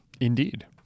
Indeed